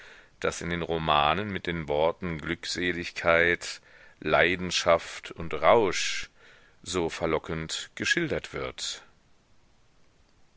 das in den romanen mit den worten glückseligkeit leidenschaft und rausch so verlockend geschildert wird